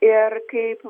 ir kaip